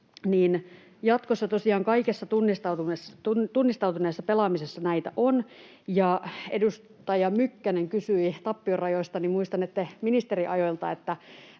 tosiaan kaikessa tunnistautuneessa pelaamisessa näitä on. Kun edustaja Mykkänen kysyi tappiorajoista, niin muistan, että